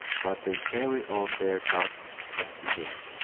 but they carryon their task unheeding.